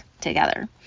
together